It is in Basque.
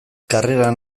karreran